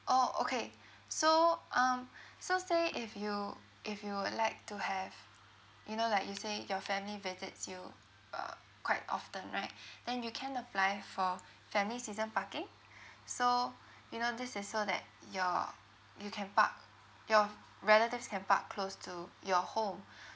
orh okay so um so say if you if you would like to have you know like you say your family visits you uh quite often right then you can apply for family season parking so you know this is so that your you can park your relatives can park close to your home